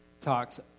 talks